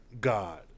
god